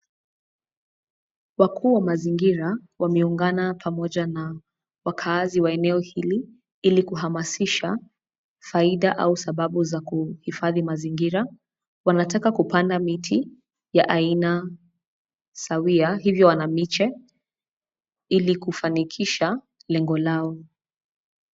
Wakuu wa mazingira wameungana pamoja na wakaazi wa eneo hili ili kuhamasisha faida au sababu za kupanda miti ya aina sawia. Hivyo wana miche ili kufanikisha lengo lao.